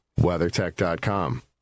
WeatherTech.com